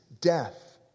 death